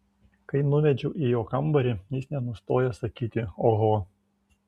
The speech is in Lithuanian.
kai nuvedžiau į jo kambarį jis nenustojo sakyti oho